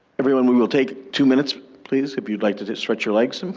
everyone we will take two minutes please if you'd like to just stretch your legs. um